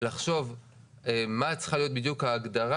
לחשוב מה צריכה להיות ההגדרה.